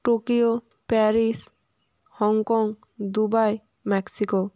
Tokyo Paris Hong Kong Dubai Mexico